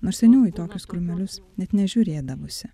nors seniau į tokius krūmelius net nežiūrėdavusi